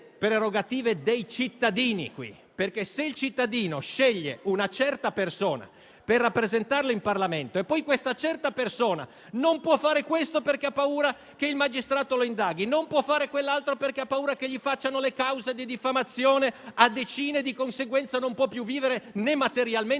dei cittadini qui, perché se il cittadino sceglie una certa persona per rappresentarlo in Parlamento e poi questa certa persona non può fare una cosa perché ha paura che il magistrato lo indaghi, non può farne un'altra perché ha paura che gli facciano causa per diffamazione e deve sopportare decine di conseguenze quindi, non può più vivere né materialmente